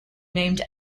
named